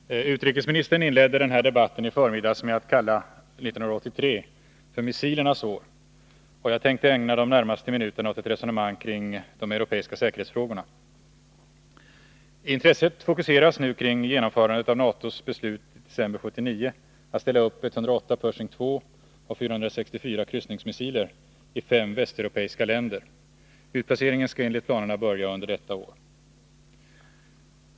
Herr talman! Utrikesministern inledde i förmiddags den här debatten med att kalla 1983 för ”missilernas år”, och jag tänkte ägna de närmaste minuterna åt ett resonemang kring de europeiska säkerhetsfrågorna. Intresset fokuseras nu kring genomförandet av NATO:s beslut i december 1979 att ställa upp 108 Pershing 2 och 464 kryssningsmissiler i fem västeuropeiska länder. Utplaceringen skall enligt planerna börja under detta år.